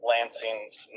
Lansing's